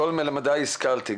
מכל מלמדיי השכלתי.